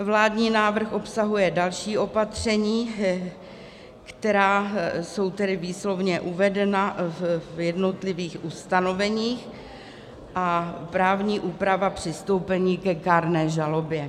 Vládní návrh obsahuje další opatření, která jsou tedy výslovně uvedena v jednotlivých ustanoveních, a právní úpravu přistoupení ke kárné žalobě.